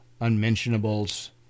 unmentionables